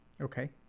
Okay